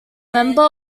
member